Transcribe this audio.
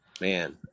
man